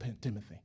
Timothy